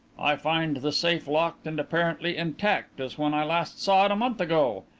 i find the safe locked and apparently intact, as when i last saw it a month ago.